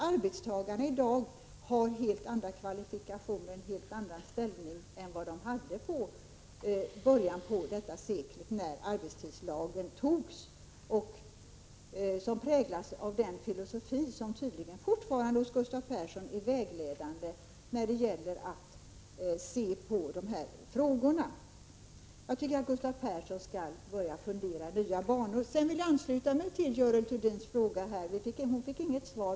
Arbetstagarna i dag har helt andra kvalifikationer, en helt annan ställning än de hade i början av detta sekel när arbetstidslagen antogs. Den präglas av den filosofi som tydligen fortfarande är vägledande för Gustav Persson då han ser på de här frågorna. Jag tycker att Gustav Persson skall börja fundera i nya banor. Jag vill ansluta mig till Görel Thurdins fråga. Hon fick inget svar.